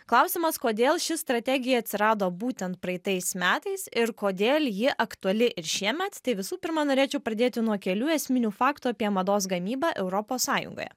klausimas kodėl ši strategija atsirado būtent praeitais metais ir kodėl ji aktuali ir šiemet tai visų pirma norėčiau pradėti nuo kelių esminių faktų apie mados gamybą europos sąjungoje